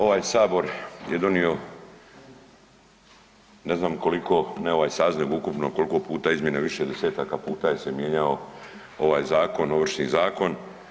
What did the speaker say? Ovaj sabor je donio ne znam koliko, ne ovaj saziv nego ukupno kolko puta izmjene, više desetaka puta je se mijenjao ovaj zakon, Ovršni zakon.